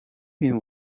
wiem